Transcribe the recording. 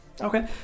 Okay